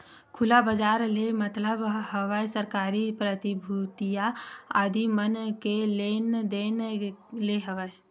खुला बजार ले मतलब हवय सरकारी प्रतिभूतिया आदि मन के लेन देन ले हवय